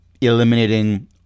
eliminating